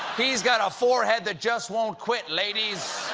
he's got a forehead that just won't quit, ladies.